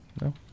No